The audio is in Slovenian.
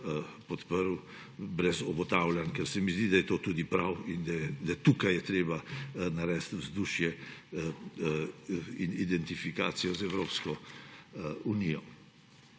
podprl brez obotavljanj, ker se mi zdi, da je to prav in da je tukaj treba narediti vzdušje in identifikacijo z Evropsko unijo.